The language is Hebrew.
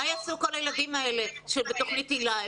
מה יעשו כל הילדים האלה שהם בתוכנית היל"ה?